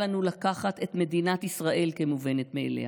אל לנו לקחת את מדינת ישראל כמובנת מאליה.